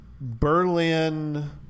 Berlin